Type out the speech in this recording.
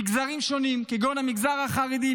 מגזרים שונים כגון המגזר החרדי,